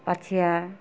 ପାଛିଆ